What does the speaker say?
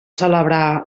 celebrar